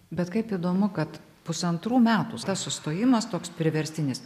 bet kaip įdomu kad pusantrų metų tas sustojimas toks priverstinis